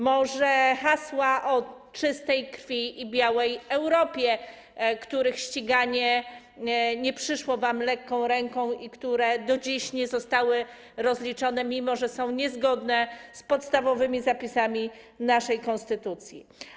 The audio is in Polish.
Może hasła o czystej krwi i białej Europie, których ściganie nie przyszło wam lekką ręką i które do dziś nie zostały rozliczone, mimo że są niezgodne z podstawowymi zapisami naszej konstytucji?